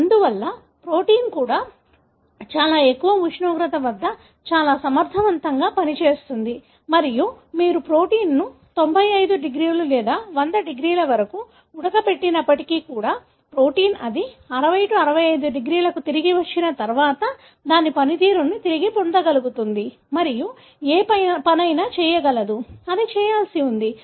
అందువల్ల ప్రోటీన్ కూడా చాలా ఎక్కువ ఉష్ణోగ్రత వద్ద చాలా సమర్ధవంతంగా పనిచేస్తుంది మరియు మీరు ప్రోటీన్ను 95 డిగ్రీలు లేదా 100 డిగ్రీల వరకు ఉడకబెట్టినప్పటికీ ప్రోటీన్ అది 60 65 డిగ్రీలకు తిరిగి వచ్చిన తర్వాత దాని పనితీరును తిరిగి పొందగలుగుతుంది మరియు ఏ పని అయినా చేయగలదు అది చేయాల్సి ఉంది